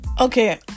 Okay